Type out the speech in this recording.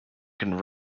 can